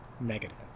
negative